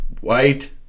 white